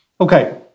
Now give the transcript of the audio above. Okay